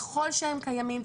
ככל שהם קיימים,